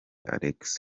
alex